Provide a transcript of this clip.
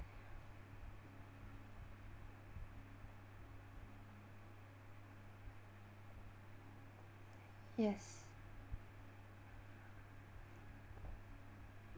yes